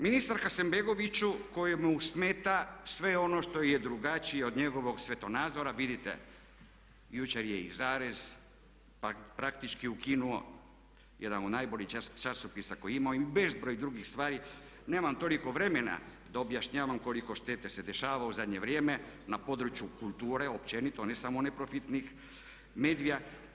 Ministru Hasanbegoviću kojemu smeta sve ono što je drugačije od njegovog svjetonazora, vidite jučer je i „Zarez“ praktički ukinuo, jedan od najboljih časopisa koji imamo i bezbroj drugih stvari, nemam toliko vremena da objašnjavam koliko štete se dešava u zadnje vrijeme na području kulture općenito, a ne samo neprofitnih medija.